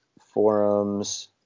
forums